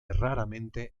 raramente